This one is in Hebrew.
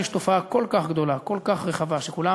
שקלים